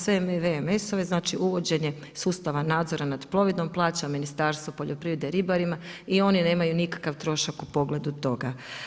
Sve VMS-ove, znači uvođenje sustava nadzora nad plovidbom plaća Ministarstvo poljoprivrede ribarima i oni nemaju nikakav trošak u pogledu toga.